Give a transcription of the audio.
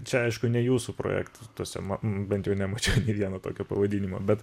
čia aišku ne jūsų projektas tuose ma bent jau nemačiau nė vieno tokio pavadinimo bet